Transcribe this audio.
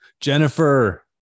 Jennifer